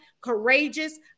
courageous